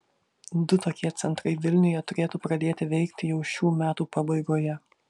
du tokie centrai vilniuje turėtų pradėti veikti jau šių metų pabaigoje